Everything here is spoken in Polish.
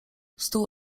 stół